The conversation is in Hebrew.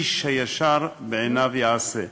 איש הישר בעיניו יעשה,